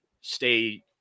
stay